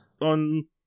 on